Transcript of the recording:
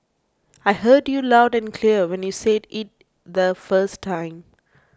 I heard you loud and clear when you said it the first time